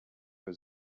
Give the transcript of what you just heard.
für